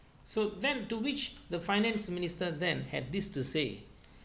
so then to which the finance minister then had this to say